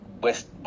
West